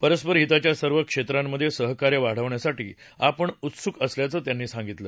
परस्पर हिताच्या सर्व क्षेत्रांमधे सहकार्य वाढवण्यासाठी आपण उत्सुक असल्याचं त्यांनी सांगितलं